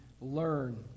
learn